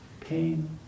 pain